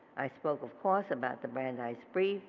i spoke of course about the brandeis brief